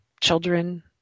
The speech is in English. children